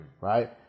right